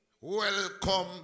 Welcome